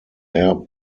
air